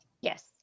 Yes